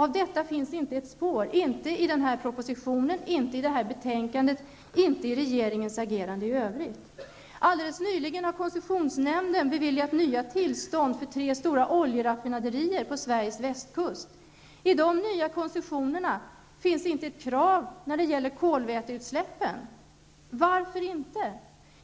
Av detta finns inte ett spår i propositionen, betänkandet, eller regeringens agerande i övrigt. Alldeles nyligen har koncessionsnämnden beviljat nya tillstånd för tre stora oljeraffinaderier på Sveriges västkust. I de nya koncessionerna finns inget krav när det gäller kolväteutsläppen. Varför inte?